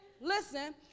listen